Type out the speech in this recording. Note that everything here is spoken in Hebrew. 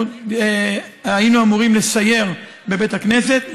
אנחנו היינו אמורים לסייר בבית הכנסת,